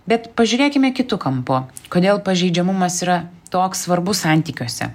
bet pažiūrėkime kitu kampu kodėl pažeidžiamumas yra toks svarbus santykiuose